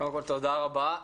תודה רבה.